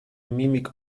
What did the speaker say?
mimik